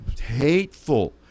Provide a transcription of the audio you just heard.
hateful